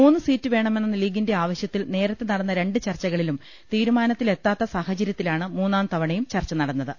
മൂന്ന് സീറ്റ് വേണമെന്ന ലീഗിന്റെ ആവശ്യത്തിൽ നേരത്തെ നടന്ന രണ്ട് ചർച്ചകളിലും തീരുമാനത്തിലെത്താത്ത സാഹചര്യ ത്തിലാണ് മൂന്നാം തവണയും ചർച്ച നടന്നത്